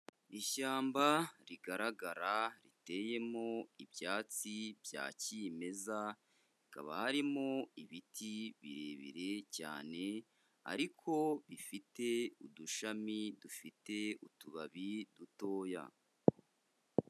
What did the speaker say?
Ishyamba rigaragara riteyemo ibyatsi bya kimeza, hakaba harimo ibiti birebire cyane ariko bifite udushami dufite utubabi dutoya.